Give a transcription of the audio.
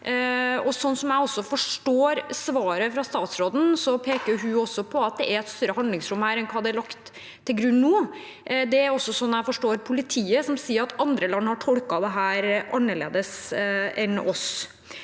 Slik jeg forstår svaret fra statsråden, peker hun også på at det er et større handlingsrom her enn hva som er lagt til grunn nå. Det er også slik jeg forstår politiet, som sier at andre land har tolket dette annerledes enn oss.